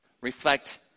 reflect